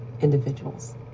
individuals